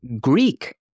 Greek